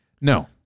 No